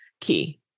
key